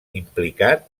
implicat